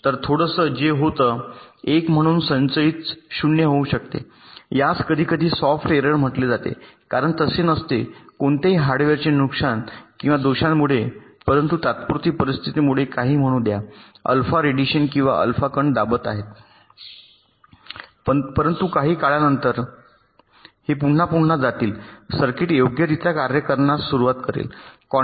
तर थोडंसं जे होतं 1 म्हणून संचयित 0 होऊ शकते यास कधीकधी सॉफ्ट एरर म्हटले जाते कारण तसे नसते कोणत्याही हार्डवेअरचे नुकसान किंवा दोषांमुळे परंतु तात्पुरती परिस्थितीमुळे काही म्हणू द्या अल्फा रेडिएशन किंवा अल्फा कण दाबत आहेत परंतु काही काळानंतर हे पुन्हा पुन्हा जातील सर्किट योग्यरित्या कार्य करण्यास सुरवात करेल